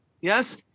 Yes